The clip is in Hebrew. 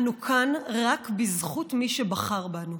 אנו כאן רק בזכות מי שבחר בנו.